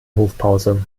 hofpause